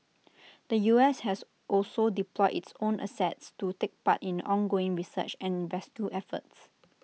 the U S has also deployed its own assets to take part in ongoing research and rescue efforts